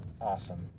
awesome